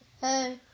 Hey